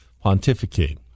pontificate